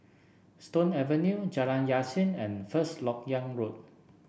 Stone Avenue Jalan Yasin and First LoK Yang Road